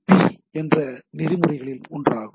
B என்ற நெறிமுறையில் ஒன்றாகும்